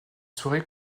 soirées